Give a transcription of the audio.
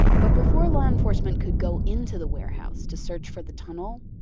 but before law enforcement could go into the warehouse to search for the tunnel,